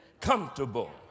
comfortable